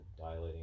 dilating